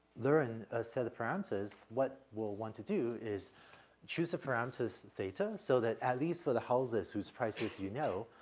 learn a set of parameters, what we'll want to do is choose a parameters theta so that at least for the houses whose prices you know,